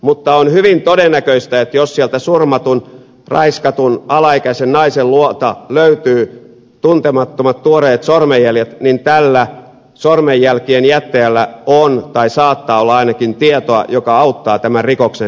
mutta on hyvin todennäköistä että jos sieltä surmatun raiskatun alaikäisen naisen luota löytyy tuntemattomat tuoreet sormenjäljet niin tällä sormenjälkien jättäjällä on tai saattaa olla ainakin tietoa joka auttaa tämän rikoksen selvittämisessä